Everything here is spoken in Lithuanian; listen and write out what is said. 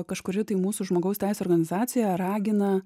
kažkuri tai mūsų žmogaus teisių organizacija ragina